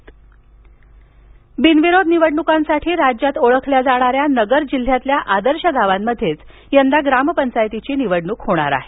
बिनविरोध नाहीच बिनविरोध निवडणुकांसाठी राज्यात ओळखल्या जाणाऱ्या नगर जिल्ह्यातील आदर्श गावातच यंदा ग्रामपंचायतीची निवडणुक होणार आहे